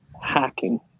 hacking